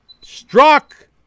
struck